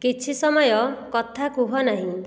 କିଛି ସମୟ କଥା କୁହ ନାହିଁ